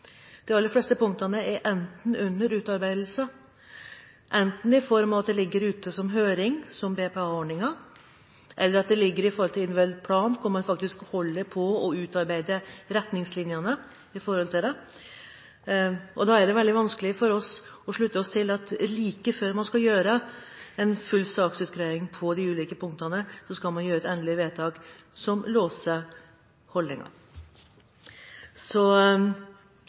De aller fleste punktene er under utarbeidelse, enten at de ligger ute til høring, som BPA-ordningen, eller at de ligger som individuell plan, som man holder på å utarbeide retningslinjene for. Det er veldig vanskelig for oss å slutte oss til at man like før en full saksutgreiing av de ulike punktene skal gjøre et endelig vedtak som låser